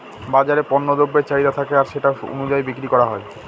বাজারে পণ্য দ্রব্যের চাহিদা থাকে আর সেটা অনুযায়ী বিক্রি করা হয়